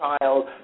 child